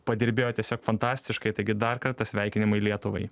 padirbėjo tiesiog fantastiškai taigi dar kartą sveikinimai lietuvai